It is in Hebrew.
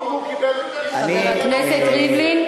אם הוא קיבל, חבר הכנסת ריבלין.